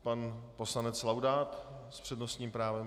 Pan poslanec Laudát s přednostním právem.